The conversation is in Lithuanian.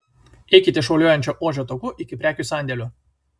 eikite šuoliuojančio ožio taku iki prekių sandėlių